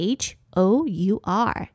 h-o-u-r